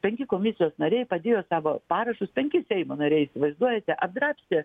penki komisijos nariai padėjo savo parašus penki seimo nariai įsivaizduojate apdrabstė